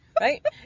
Right